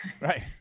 Right